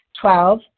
Twelve